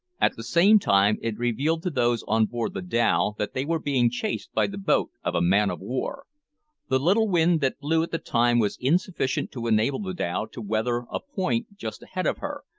at the same time it revealed to those on board the dhow that they were being chased by the boat of a man-of-war. the little wind that blew at the time was insufficient to enable the dhow to weather a point just ahead of her,